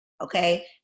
okay